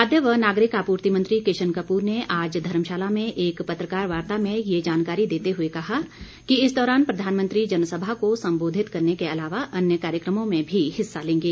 खाद्य व नागरिक आपूर्ति मंत्री किशन कपूर ने आज धर्मशाला में एक पत्रकारवार्ता में ये जानकारी देते हुए कहा कि इस दौरान प्रधानमंत्री जनसभा को संबोधित करने के अलावा अन्य कार्यक्रमों में भी हिस्सा लेंगे